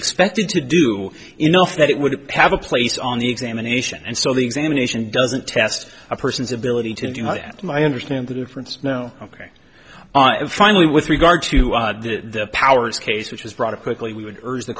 expected to do enough that it would have a place on the examination and so the examination doesn't test a person's ability to do it my understand the difference no ok finally with regard to the powers case which was brought up quickly we would urge t